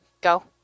go